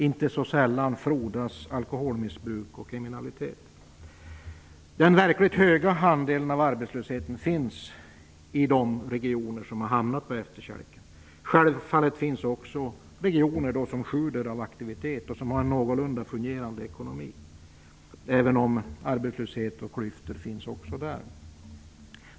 Inte så sällan frodas alkoholmissbruk och kriminalitet. Den verkligt höga andelen av arbetslösheten finns i de regioner som hamnat på efterkälken. Självfallet finns också regioner som sjuder av aktivitet och som har en någorlunda fungerande ekonomi, även om det finns klyftor och arbetslöshet även där.